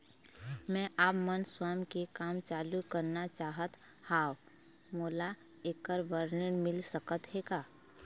मैं आपमन स्वयं के काम चालू करना चाहत हाव, मोला ऐकर बर ऋण मिल सकत हे का?